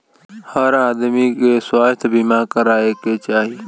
हर आदमी के स्वास्थ्य बीमा कराये के चाही